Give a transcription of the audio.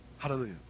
Hallelujah